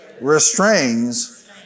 restrains